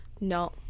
no